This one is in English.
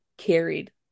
carried